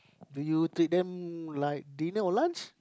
do you treat them like dinner or lunch